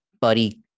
buddy